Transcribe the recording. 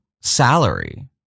salary